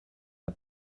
der